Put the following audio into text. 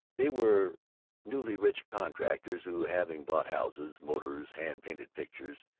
they were newly rich contractors who, having bought houses, motors, hand-painted pictures,